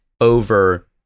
over